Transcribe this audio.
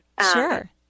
Sure